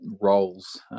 roles